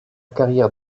carrière